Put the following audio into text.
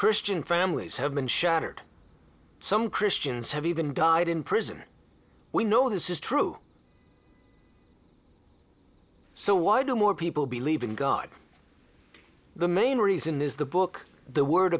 christian families have been shattered some christians have even died in prison we know this is true so why do more people believe in god the main reason is the book the word